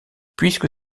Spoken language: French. puisque